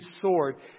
sword